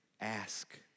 ask